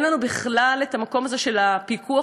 אין לנו בכלל את המקום הזה של הפיקוח,